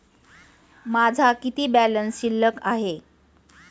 माझा किती बॅलन्स शिल्लक आहे?